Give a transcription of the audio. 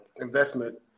investment